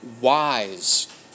wise